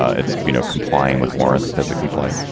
ah it's, you know, complying with warrants. it doesn't comply.